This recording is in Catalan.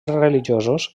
religiosos